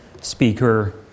speaker